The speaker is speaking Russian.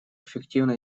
эффективно